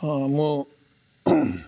ହଁ ମୁଁ